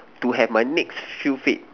to have my next few fit